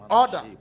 order